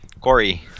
Corey